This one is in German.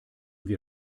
wir